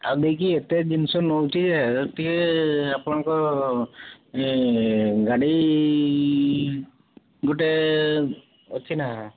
ଆଉ ଦେଇକରି ଏତେ ଜିନିଷ ନେଉଛି ଟିକେ ଆପଣଙ୍କର ଗାଡ଼ି ଗୋଟିଏ ଅଛିନା